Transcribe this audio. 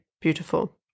beautiful